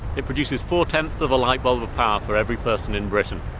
it produces four-tenths of a light bulb of power for every person in britain.